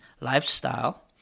lifestyle